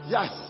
Yes